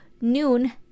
noon